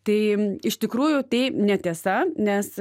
tai iš tikrųjų tai netiesa nes